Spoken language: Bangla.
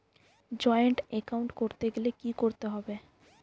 জয়েন্ট এ্যাকাউন্ট করতে গেলে কি করতে হবে?